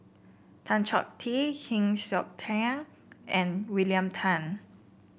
Tan Choh Tee Heng Siok Tian and William Tan